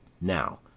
now